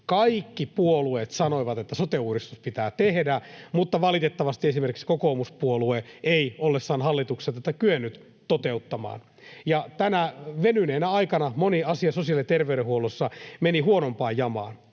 Kaikki puolueet sanoivat, että sote-uudistus pitää tehdä, mutta valitettavasti esimerkiksi kokoomuspuolue ei ollessaan hallituksessa tätä kyennyt toteuttamaan. Tänä venyneenä aikana moni asia sosiaali- ja terveydenhuollossa meni huonompaan jamaan.